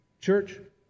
Church